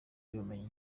y’ubumenyi